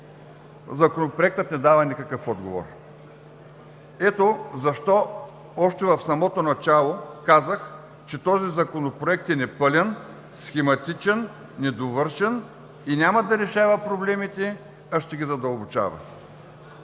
Законопроектът не дава никакъв отговор. Ето защо още в самото начало казах, че този Законопроект е непълен, схематичен, недовършен и няма да решава проблемите, а ще ги задълбочава.